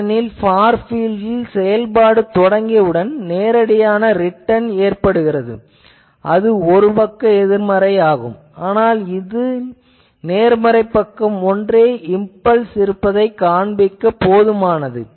ஏனெனில் ஃபார் பீல்ட்டில் செயல்பாடு தொடங்கியவுடன் நேரடியான ரிட்டர்ன் ஏற்படுகிறது அது ஒரு பக்க எதிர்மறை ஆகும் ஆனால் இதில் நேர்மறைப் பக்கம் ஒன்றே இம்பல்ஸ் இருப்பதைக் காண்பிக்கப் போதுமானது